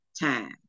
time